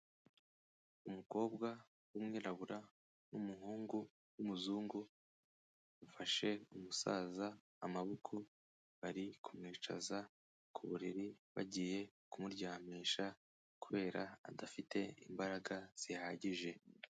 Umukobwa w'umwirabura n'umuhungu w'umuzungu bafashe umusaza amaboko bari kumwicaza ku buriri bagiye kumuryamisha kubera adafite imbaraga zihagije.